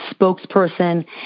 spokesperson